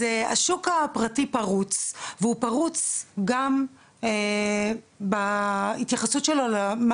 אז השוק הפרטי הוא פרוץ והוא פרוץ גם בהתייחסות שלו לגבי מה